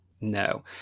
No